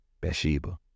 Bathsheba